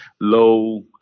low